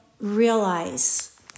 realize